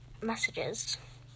messages